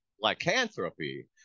lycanthropy